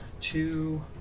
two